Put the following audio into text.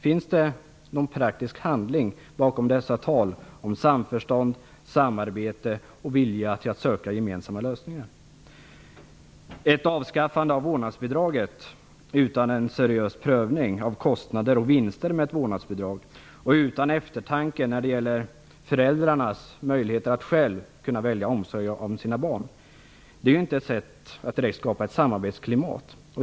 Finns det någon tanke på praktisk handling bakom allt tal om samförstånd, samarbete och vilja att söka gemensamma lösningar? Ett avskaffande av vårdnadsbidraget utan en seriös prövning av kostnader och vinster med ett vårdnadsbidrag och utan eftertanke när det gäller föräldrarnas möjligheter att själva kunna välja omsorg om sina barn är ju inte ett sätt att direkt skapa ett samarbetsklimat.